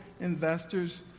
investors